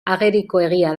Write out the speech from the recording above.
agerikoegia